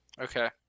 okay